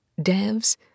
devs